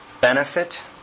benefit